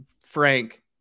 Frank